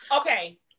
Okay